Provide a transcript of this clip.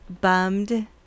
bummed